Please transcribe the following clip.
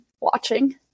watching